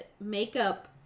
makeup